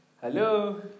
Hello